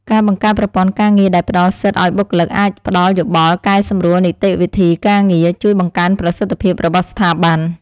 ការបង្កើតប្រព័ន្ធការងារដែលផ្តល់សិទ្ធិឱ្យបុគ្គលិកអាចផ្តល់យោបល់កែសម្រួលនីតិវិធីការងារ ជួយបង្កើនប្រសិទ្ធភាពរបស់ស្ថាប័ន។